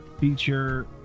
feature